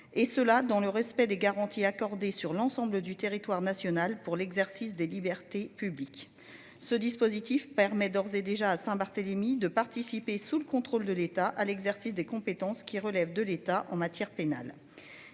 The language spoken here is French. Et cela dans le respect des garanties accordées sur l'ensemble du territoire national pour l'exercice des libertés publiques. Ce dispositif permet d'ores et déjà Saint-Barthélemy, de participer, sous le contrôle de l'État à l'exercice des compétences qui relève de l'État en matière pénale,